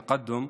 תקאדום,